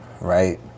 right